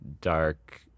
dark